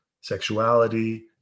sexuality